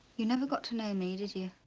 you never got to know me did you?